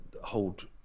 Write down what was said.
hold